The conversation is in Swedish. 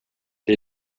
det